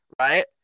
right